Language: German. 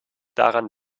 daran